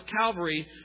Calvary